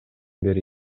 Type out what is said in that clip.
бери